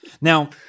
Now